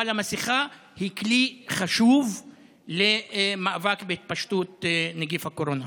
אבל המסכה היא כלי חשוב במאבק בהתפשטות נגיף הקורונה.